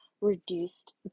reduced